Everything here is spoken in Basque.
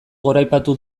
goraipatu